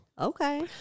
Okay